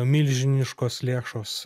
milžiniškos lėšos